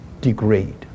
degrade